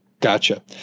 Gotcha